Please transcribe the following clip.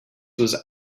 was